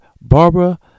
Barbara